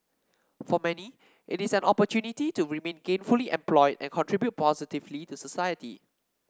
for many it is an opportunity to remain gainfully employed and contribute positively to society